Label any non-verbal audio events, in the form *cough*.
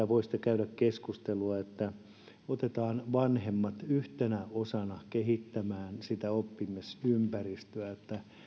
*unintelligible* voisitte käydä keskustelua siitä että otetaan vanhemmat yhtenä osana kehittämään sitä oppimisympäristöä